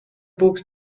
books